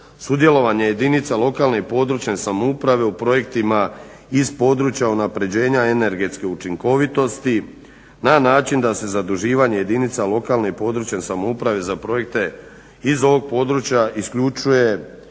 sudjelovanje jedinica lokalne i regionalne samouprave u projektima iz područja unapređenja i energetske učinkovitosti na način da se zaduživanje jedinica lokalne i područne samouprave za projekte iz ovog područja isključuje